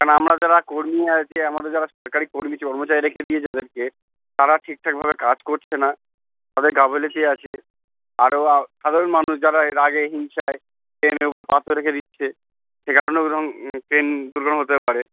কেন আমরা যারা কর্মী আছে আমাদের যারা সরকারি কর্মী চ কর্মচারী রেখে দিয়ে যাদেরকে তারা ঠিকঠাকভাবে কাজ করছে না তাদের গাফিলতি আছে আরও সাধারণ মানুষ যারা এ রাগে হিংসায় ট্রেনের ওপর পাথর রেখে দিচ্ছে সে কারণে ওরকম ট্রেন দুর্ঘটনা হতে পারে